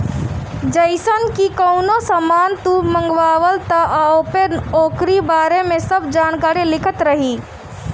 जइसे की कवनो सामान तू मंगवल त ओपे ओकरी बारे में सब जानकारी लिखल रहि